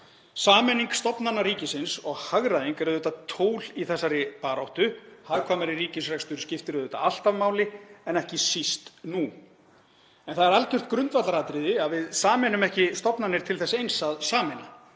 Sameining stofnana ríkisins og hagræðing er auðvitað tól í þessari baráttu, hagkvæmari ríkisrekstur skiptir auðvitað alltaf máli en ekki síst nú. En það er algjört grundvallaratriði að við sameinum ekki stofnanir til þess eins að sameina.